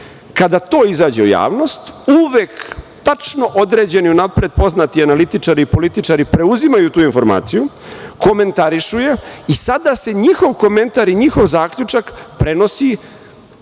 Kada to izađe u javnost, uvek tačno određeni unapred poznati analitičari i političari preuzimaju tu informaciju, komentarišu je i sada se njihov komentar i njihov zaključak prenosi